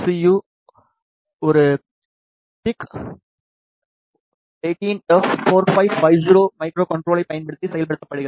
U ஒரு P I சி18எப்4550 மைக்ரோகண்ட்ரோலரைப் பயன்படுத்தி செயல்படுத்தப்படுகிறது